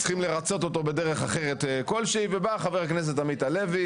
צריכים לרצות אותו בדרך אחרת כלשהי ובא חבר הכנסת עמית הלוי,